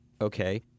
Okay